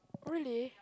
really